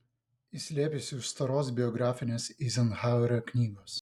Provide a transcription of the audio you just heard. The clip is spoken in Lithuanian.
ji slėpėsi už storos biografinės eizenhauerio knygos